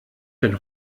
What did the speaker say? den